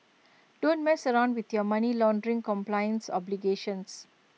don't mess around with your money laundering compliance obligations